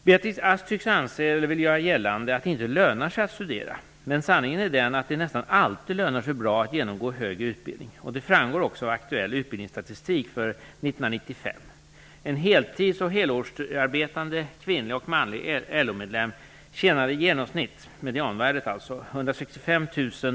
Beatrice Ask tycks vilja göra gällande att det inte lönar sig att studera. Men sanningen är den att det nästan alltid lönar sig bra att genomgå högre utbildning. Det framgår tydligt av aktuell inkomststatistik för 1995.